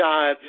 God